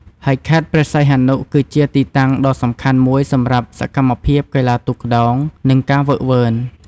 ហើយខេត្តព្រះសីហនុ គឺជាទីតាំងដ៏សំខាន់មួយសម្រាប់សកម្មភាពកីឡាទូកក្ដោង និងការហ្វឹកហ្វឺន។